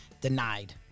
denied